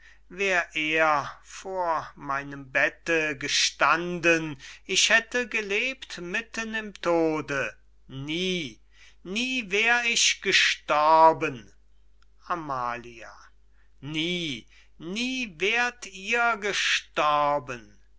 wär er vor meinem bette gestanden hätte gelebt mitten im tode nie nie wär ich gestorben amalia nie nie wär't ihr gestorben